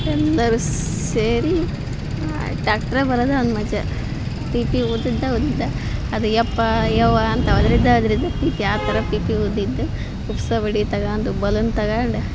ಎಲ್ಲರೂ ಸೇರಿ ಟ್ಯಾಕ್ಟ್ರೆ ಬರೋದೆ ಒಂದು ಮಜಾ ಪೀಪಿ ಊದಿದ್ದೇ ಊದಿದ್ದು ಅದು ಯಪ್ಪಾ ಯವ್ವಾ ಅಂತ ಹೋದ್ರಿದ್ದೇ ಹೋದ್ರಿದ್ದ ಪೀಪಿ ಆ ಥರ ಪೀಪಿ ಊದಿದ್ದ ಉಬ್ಸಬಡಿ ತಗಂಡು ಬಲೂನ್ ತಗಂಡು